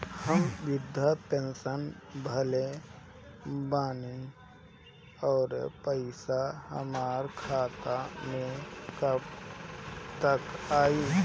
हम विर्धा पैंसैन भरले बानी ओकर पईसा हमार खाता मे कब तक आई?